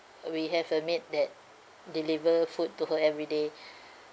uh we have a maid that deliver food to her every day